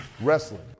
Wrestling